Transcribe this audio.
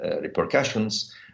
repercussions